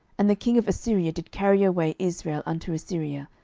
and the king of assyria did carry away israel unto assyria,